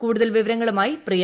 കൂടുതൽ വിവരങ്ങളുമായി പ്രിയ